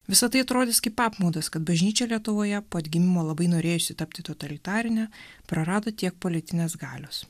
visa tai atrodys kaip apmaudas kad bažnyčia lietuvoje atgimimo labai norėjusi tapti totalitarine prarado tiek politinės galios